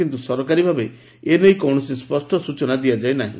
କିନ୍ତୁ ସରକାରୀ ଭାବେ ଏନେଇ କୌଣସି ସ୍ଚନା ଦିଆଯାଇନାହି